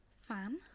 fan